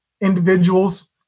individuals